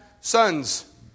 sons